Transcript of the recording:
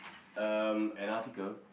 um an article